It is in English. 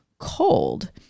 Cold